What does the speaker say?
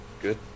good